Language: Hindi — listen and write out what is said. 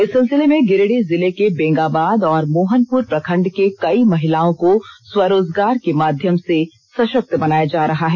इस सिलसिले में गिरिंडीह जिले के बेंगाबाद और मोहनपुर प्रखण्ड के कई महिलाओं को स्वरोजगार के माध्यम से सषक्त बनाया जा रहा है